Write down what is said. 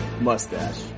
Mustache